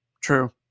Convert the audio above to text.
True